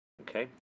okay